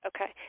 Okay